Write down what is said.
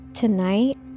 Tonight